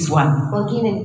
one